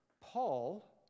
Paul